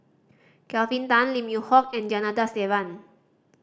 Kelvin Tan Lim Yew Hock and Janadas Devan